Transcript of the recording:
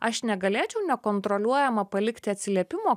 aš negalėčiau nekontroliuojama palikti atsiliepimo